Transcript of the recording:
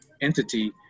entity